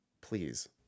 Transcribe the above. please